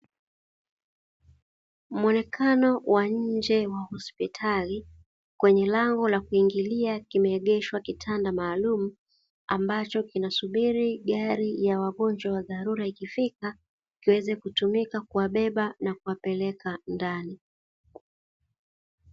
Muonekano wa nje wa hospitali kwenye lango la kuingilia kimeegeshwa kitanda maalumu, ambacho kinasubiri gari ya wagonjwa wa dharua ikifika kiweze kutumika kuwabeba na kuwapeleka ndani.